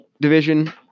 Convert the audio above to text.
division